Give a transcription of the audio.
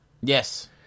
Yes